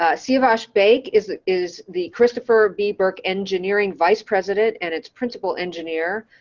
ah siavash beik is the is the christopher b burke engineering, vice president and it's principal engineer.